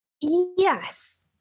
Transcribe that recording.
Yes